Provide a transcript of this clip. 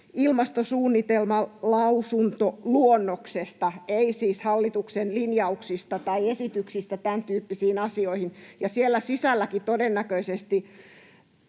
ilmastosuunnitelmalausuntoluonnoksesta, ei siis hallituksen linjauksista tai esityksistä tämäntyyppisiin asioihin, ja siellä sisälläkin todennäköisesti